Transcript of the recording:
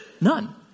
None